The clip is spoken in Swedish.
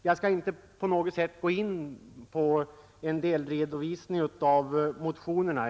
Jag skall inte på något sätt gå in på en delredovisning av motionerna.